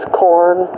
corn